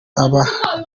abaha